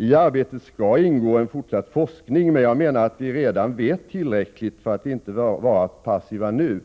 I arbetet skall ingå fortsatt forskning, men jag menar att vi redan vet tillräckligt för att inte behöva vara passiva nu.